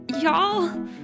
y'all